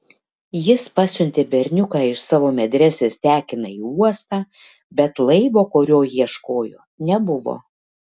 jis pasiuntė berniuką iš savo medresės tekiną į uostą bet laivo kurio ieškojo nebuvo